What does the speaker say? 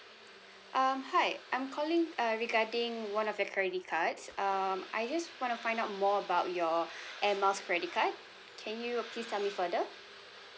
um hi I'm calling uh regarding one of your credit cards um I just want to find out more about your air miles credit card can you please tell me further